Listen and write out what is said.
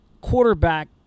quarterback